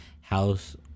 House